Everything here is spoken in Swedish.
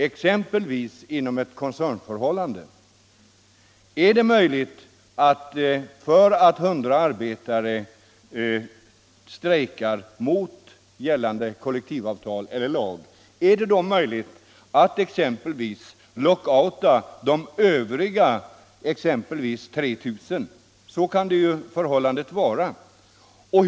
Kommer det att bli möjligt för arbetsköparna att lockouta hela arbetsstyrkan om exempelvis 100 arbetare av en arbetsstyrka på 3 000 strejkar mot gällande kollektivavtal? En sådan situation kan ju mycket väl uppkomma.